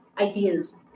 ideas